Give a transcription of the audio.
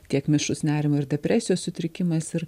tiek mišrus nerimo ir depresijos sutrikimas ir